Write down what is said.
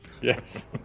Yes